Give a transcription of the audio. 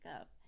up